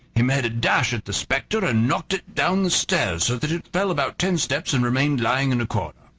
he made a dash at the spectre and knocked it down the stairs, so that it fell about ten steps and remained lying in a corner.